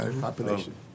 population